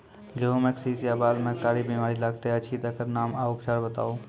गेहूँमक शीश या बाल म कारी बीमारी लागतै अछि तकर नाम आ उपचार बताउ?